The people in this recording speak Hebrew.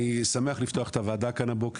אני שמח לפתוח את הוועדה לפניות הציבור כאן הבוקר,